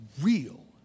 real